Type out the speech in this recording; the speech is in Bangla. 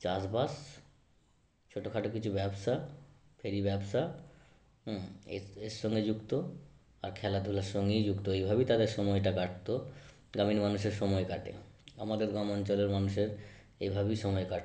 চাষবাস ছোটখাটো কিছু ব্যবসা ফেরি ব্যবসা এর সঙ্গে যুক্ত আর খেলাধূলার সঙ্গেই যুক্ত এইভাবেই তাদের সময়টা কাটত গ্রামীণ মানুষের সময় কাটে আমাদের গামাঞ্চলের মানুষের এইভাবেই সময় কাটত